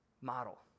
model